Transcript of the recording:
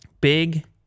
Big